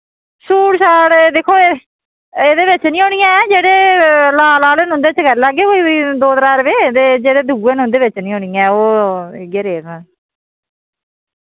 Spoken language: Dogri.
शूट शाट दिक्खो ए एह्दे विच निं होनी ऐ जेह्ड़े लाल आह्ले न उंदे च करी लैगे कोई दो त्रै रपे ते जेह्ड़े दुए न उंदे विच निं होनी ऐ ओ इयै रेट न